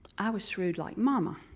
i was shrewd like mama.